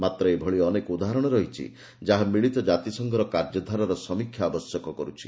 ମାତ୍ର ଏଭଳି ଅନେକ ଉଦାହରଣ ରହିଛି ଯାହା ମିଳିତ କାତିସଂଘର କାର୍ଯ୍ୟଧାରାର ସମୀକ୍ଷା ଆବଶ୍ୟକ କରୁଛି